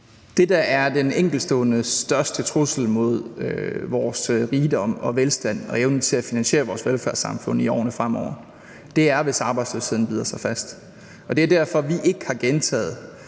Det, der er den største enkeltstående trussel mod vores rigdom og velstand og evne til at finansiere vores velfærdssamfund i årene fremover, er, hvis arbejdsløsheden bider sig fast. Og det er derfor, at vi ikke har gentaget